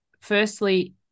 firstly